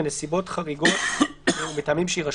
בנסיבות חריגות ומטעמים שיירשמו,